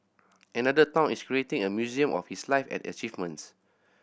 another town is creating a museum on his life and achievements